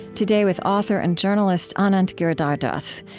today with author and journalist, anand giridharadas,